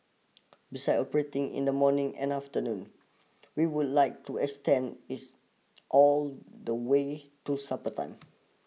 besides operating in the morning and afternoon we would like to extend its all the way to supper time